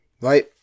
right